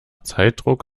zeitdruck